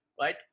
right